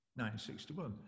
1961